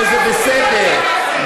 שזה בסדר.